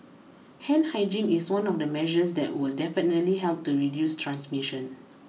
hand hygiene is one of the measures that will definitely help to reduce transmission